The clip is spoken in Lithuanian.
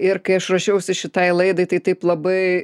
ir kai aš ruošiausi šitai laidai tai taip labai